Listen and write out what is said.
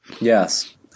yes